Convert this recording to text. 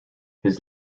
his